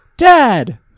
Dad